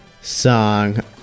song